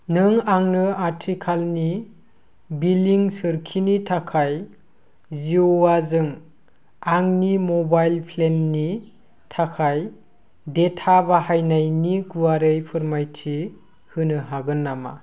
नों आंनो आथिखालनि बिलिं सोरखिनि थाखाय जिय'आ जों आंनि मबाइल प्लेननि थाखाय डेटा बाहायनायनि गुवारै फोरमायथि होनो हागोन नामा